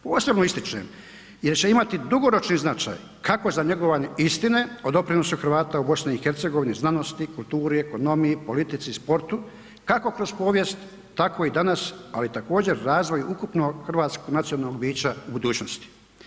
Posebno ističem jer će imati dugoročni značaj kako za njegovanje istine o doprinosu Hrvata u BiH znanosti, kulturi, ekonomiji, politici, sportu, kako kroz povijest tako i danas ali također razvoj ukupno hrvatskog nacionalnog bića u budućnosti.